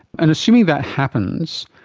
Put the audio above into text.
and assuming that happens,